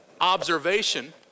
observation